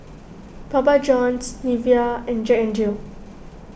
Papa Johns Nivea and Jack N Jill